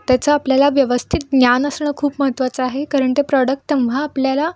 त्याचा आपल्याला व्यवस्थित ज्ञान असणं खूप महत्त्वाचं आहे कारण ते प्रॉडक्ट तेव्हा आपल्याला